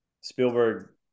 Spielberg